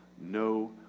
no